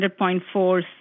100.4